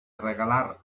regalar